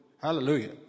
Hallelujah